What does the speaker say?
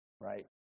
right